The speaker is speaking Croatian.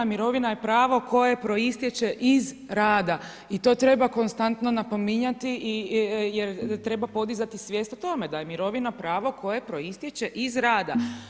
Mirovina je pravo koje proistječe iz rada i to treba konstantno napominjati jer podizati svijest o tome da je mirovina pravo koje proistječe iz rada.